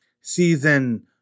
season